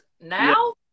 now